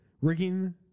rigging